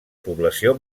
població